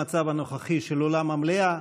כפי שכתוב בסדר-היום, במצב הנוכחי של אולם המליאה.